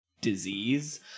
disease